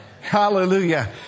Hallelujah